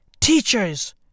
teachers